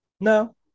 No